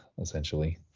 essentially